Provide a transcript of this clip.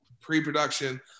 pre-production